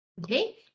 Okay